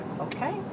Okay